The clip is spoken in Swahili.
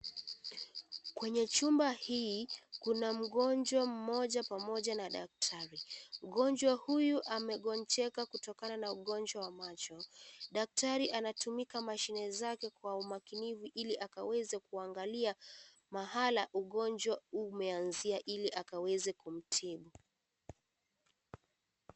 Kwenye chumba hii, kuna mgonjwa mmoja pamoja na daktari. Mgonjwa huyu amegonjeka kutokana na ugonjwa wa macho. Daktari anatumika mashine zake kwa umakinifu Ili akaweze kuangalia mahala ugonjwa umeanzia Ile akaweze kumtibu.